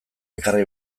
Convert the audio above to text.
ekarri